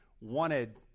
wanted